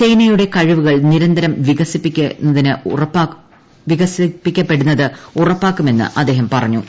സേനയുടെ കഴിവുകൾ നിരന്തരം വികസിപ്പിക്കപ്പെടുന്നത് ഉറപ്പാക്കുമെന്ന് അദ്ദേഹം പറഞ്ഞു